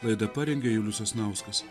laidą parengė julius sasnauskas